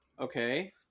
okay